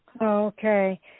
Okay